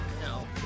no